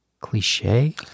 cliche